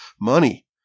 money